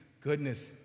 goodness